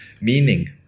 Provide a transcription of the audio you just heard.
Meaning